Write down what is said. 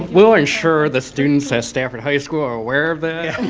we'll ensure the students at stafford high school are aware of